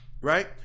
right